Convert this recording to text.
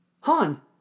Han